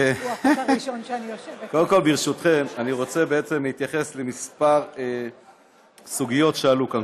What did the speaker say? אני רוצה להתייחס לכמה סוגיות שעלו כאן.